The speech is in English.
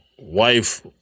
wife